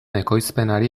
ekoizpenari